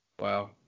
Wow